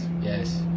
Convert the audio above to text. Yes